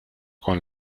con